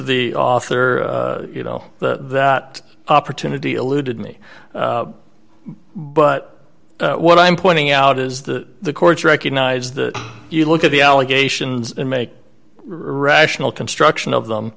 the author you know the that opportunity eluded me but what i'm pointing out is that the courts recognize that you look at the allegations and make rational construction of them